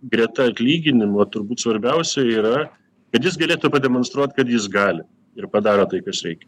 greta atlyginimo turbūt svarbiausia yra kad jis galėtų pademonstruot kad jis gali ir padaro tai kas reikia